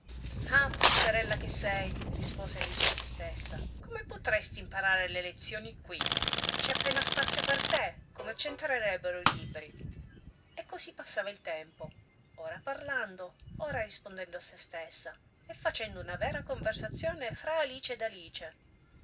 ah pazzerella che sei rispose alice a sè stessa come potresti imparare le lezioni quì c'è appena spazio per te come c'entrerebbero i libri e così passava il tempo ora parlando ora rispondendo a sè stessa e facendo una vera conversazione fra alice ed alice